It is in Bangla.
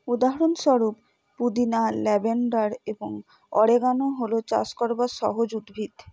উদাহরণস্বরূপ পুদিনা ল্যাভেন্ডার এবং অরিগানো হলো চাষ করবার সহজ উদ্ভিদ